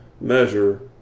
measure